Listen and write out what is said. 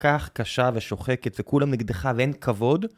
כל כך קשה ושוחקת וכולם נגדך ואין כבוד